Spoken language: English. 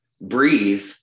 breathe